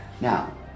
Now